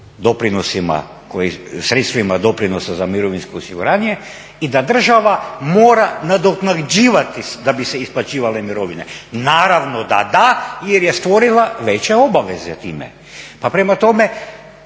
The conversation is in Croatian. sredstvima doprinosa za mirovinsko osiguranje da država mora nadoknađivati da bi se isplaćivale mirovine. Naravno da da jer je stvorila veće obaveze time. Pa prema tome,